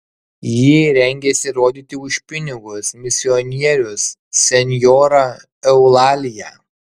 jį rengiasi rodyti už pinigus misionierius senjora eulalija